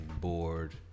Bored